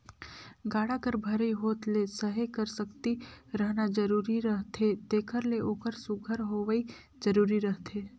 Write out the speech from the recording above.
गाड़ा कर भरई होत ले सहे कर सकती रहना जरूरी रहथे तेकर ले ओकर सुग्घर होवई जरूरी रहथे